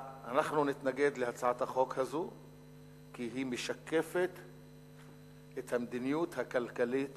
אנחנו נתנגד להצעת החוק הזו כי היא משקפת את המדיניות הכלכלית